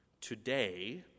today